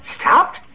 Stopped